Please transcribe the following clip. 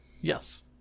Yes